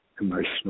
emotional